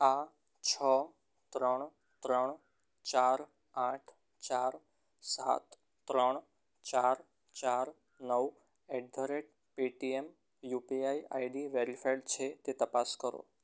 આ છ ત્રણ ત્રણ ચાર આઠ ચાર સાત ત્રણ ચાર ચાર નવ at the rate Paytm UPI ID verified છે તે તપાસ કરો